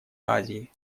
азии